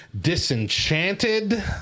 Disenchanted